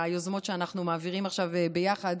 והיוזמות שאנחנו מעבירים עכשיו ביחד.